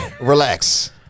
Relax